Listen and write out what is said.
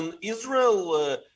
israel